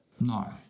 No